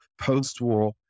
post-war